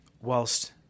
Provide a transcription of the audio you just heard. whilst